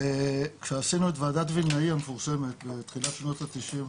כשעשינו את וועדת וילנאי המפורסמת בתחילת שנות ה-90',